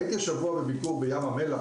השבוע הייתי בביקור בים המלח,